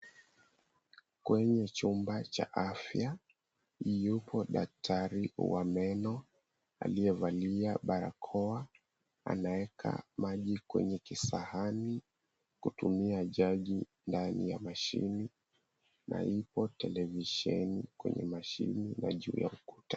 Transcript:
Kwenye chumba cha afya yupo daktari wa meno aliyevalia barakoa anaeka maji kwenye kisahani kutumia jagi ndani ya mashine na ipo televisheni kwenye mashine na juu ya ukuta.